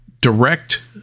direct